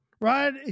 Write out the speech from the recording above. right